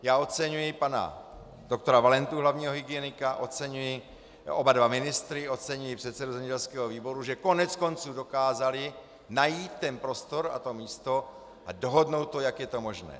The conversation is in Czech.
Já oceňuji pana dr. Valentu, hlavního hygienika, oceňuji oba dva ministry, oceňuji předsedu zemědělského výboru, že koneckonců dokázali najít prostor a místo a dohodnout to, jak je to možné.